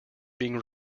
being